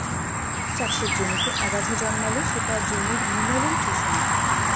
চাষের জমিতে আগাছা জন্মালে সেটা জমির মিনারেল চুষে নেয়